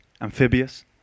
amphibious